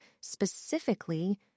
specifically